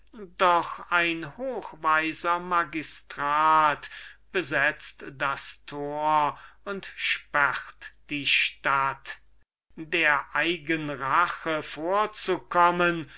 doch ein hochweiser magistrat besetzt das tor und sperrt die stadt der eigenrache vorzukommen